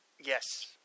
Yes